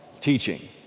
teaching